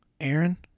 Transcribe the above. Aaron